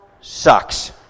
sucks